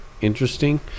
interesting